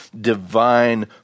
divine